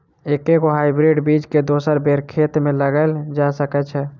एके गो हाइब्रिड बीज केँ दोसर बेर खेत मे लगैल जा सकय छै?